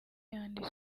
yandi